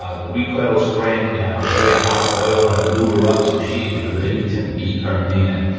ah the recoil spring, and i'll show you how to oil it and and lube her up so she is ready to meet her man.